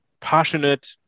passionate